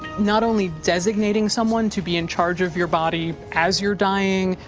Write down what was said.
not only designating someone to be in charge of your body as you're dying,